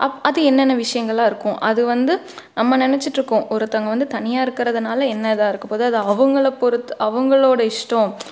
அப் அது என்னென்ன விஷ்யங்களாக இருக்கும் அது வந்து நம்ம நினைச்சுட்டுருக்கோம் ஒருத்தங்க வந்து தனியாக இருக்கறதுனால என்ன இதாக இருக்க போது அது அவங்களை பொறுத்து அவங்களோட இஷ்டம்